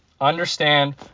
Understand